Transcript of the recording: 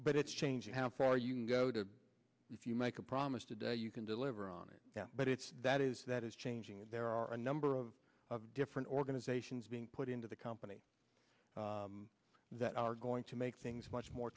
but it's changing how far you can go to if you make a promise today you can deliver on it but it's that is that is changing and there are a number of different organizations being put into the company that are going to make things much more